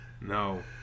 No